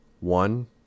One